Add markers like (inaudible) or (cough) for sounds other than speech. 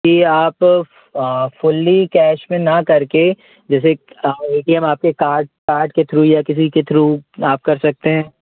कि आप fully cash में ना करके जैसे (unintelligible) ए टी एम आपके कार्ड कार्ड के थ्रू या किसी के थ्रू आप कर सकते हैं